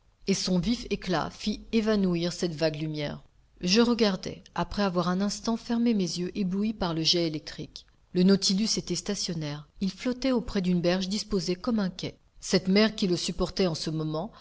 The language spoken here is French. et son vif éclat fit évanouir cette vague lumière je regardai après avoir un instant fermé mes yeux éblouis par le jet électrique le nautilus était stationnaire il flottait auprès d'une berge disposée comme un quai cette mer qui le supportait en ce moment